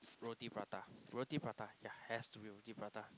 roti-prata roti-prata yeah has to be roti-prata